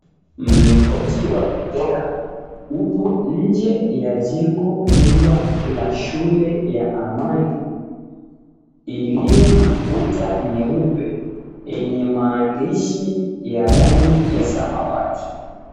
Mlingoti wa bendera, upo nje ya jengo kubwa la shule ya Amani iliyo na kuta nyeupe yenye maandishi ya rangi ya samawati.